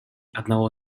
одного